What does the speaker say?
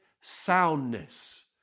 soundness